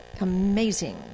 amazing